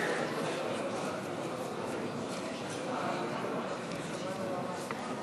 מתכבד להודיע לכנסת שעל פי סעיף 43